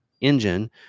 engine